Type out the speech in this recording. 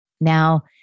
Now